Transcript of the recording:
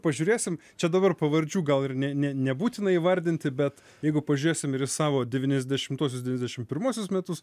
pažiūrėsim čia dabar pavardžių gal ir nė ne nebūtina įvardinti bet jeigu pažiūrėsim ir į savo devyniasdešimtuosius dvidešim pirmuosius metus